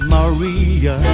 Maria